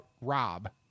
rob